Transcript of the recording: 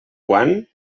quan